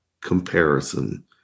comparison